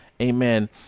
Amen